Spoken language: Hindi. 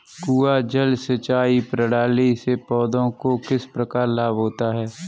कुआँ जल सिंचाई प्रणाली से पौधों को किस प्रकार लाभ होता है?